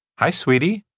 hi sweetie.